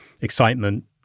excitement